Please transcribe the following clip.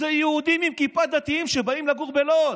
אלה יהודים דתיים עם כיפה שבאים לגור בלוד.